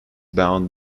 bound